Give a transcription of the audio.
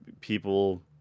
people